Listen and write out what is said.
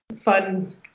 fun